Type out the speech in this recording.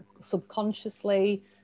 subconsciously